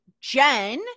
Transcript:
Jen